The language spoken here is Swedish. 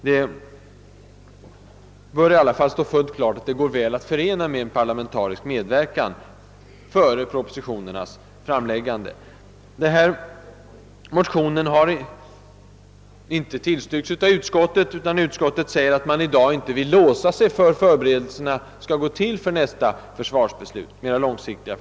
Det bör i alla fall stå fullt klart, att vårt förslag går väl att förena med en parlamentarisk medverkan före propositionernas framläggande. Detta motionsyrkande har inte tillstyrkts av utskottet, som i dag inte vill låsa sig beträffande hur förberedelserna för nästa mera långsiktiga försvarsbeslut skall gå till.